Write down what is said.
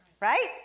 right